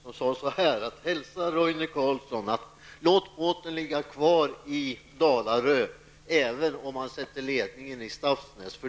Han har bett mig hälsa Roine Carsson följande: Låt båten ligga kvar i Dalarö även om man sätter ledningen i Stavsnäs!